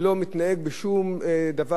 שום דבר לא חוקי,